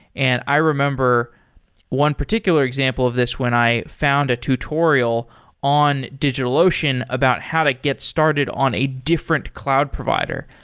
and i remember one particular example of this when i found a tutorial in digitalocean about how to get started on a different cloud provider.